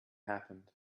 happened